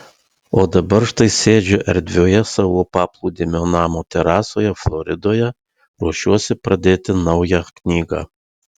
o dabar štai sėdžiu erdvioje savo paplūdimio namo terasoje floridoje ruošiuosi pradėti naują knygą